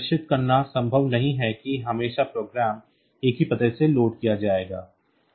और यह सुनिश्चित करना संभव नहीं है कि हमेशा प्रोग्राम एक ही पते से लोड किया जाएगा